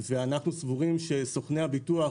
ואנו סבורים שסוכני הביטוח